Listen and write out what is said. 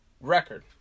record